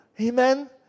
Amen